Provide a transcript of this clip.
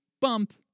bump